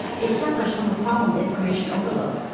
it suffers from a problem of information overload.